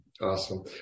Awesome